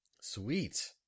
Sweet